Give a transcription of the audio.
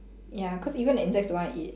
ya cause even the insects don't want to eat